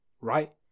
right